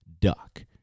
Duck